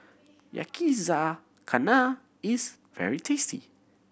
yakizakana is very tasty